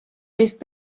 risc